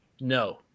No